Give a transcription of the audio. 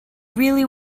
really